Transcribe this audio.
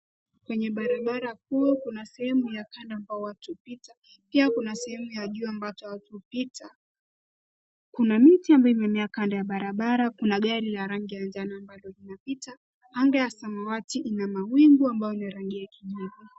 Kwenye barabara kuu kuna sehemu ya kando ambapo watu hupita, pia kuna sehemu ya juu ambacho watu hupita. Kuna miti ambayo imemea kando ya barabara, kuna gari ya rangi ya manjano ambalo linapita. Anga ya samawati ina mawingu ambayo ni ya rangi ya kijani.